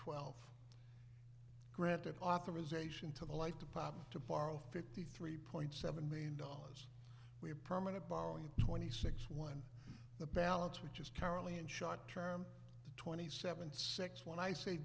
twelve granted authorization to life the power to borrow fifty three point seven million dollars we're permanent borrowing twenty six one the balance which is currently in short term twenty seven six when i say